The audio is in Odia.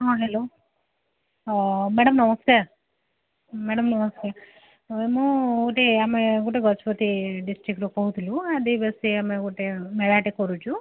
ହଁ ହେଲୋ ହଁ ମ୍ୟାଡମ୍ ନମସ୍କାର ମ୍ୟାଡମ୍ ନମସ୍କାର ମୁଁ ଗୋଟେ ଆମେ ଗୋଟେ ଗଜପତି ଡିଷ୍ଟ୍ରିକ୍ଟରୁ କହୁଥିଲୁ ଆଦିବାସୀ ଆମେ ଗୋଟେ ମେଳାଟେ କରୁଛୁ